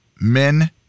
Men